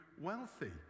wealthy